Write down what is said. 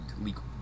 legal